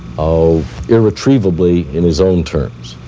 ah irretrievably in his own terms,